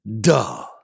Duh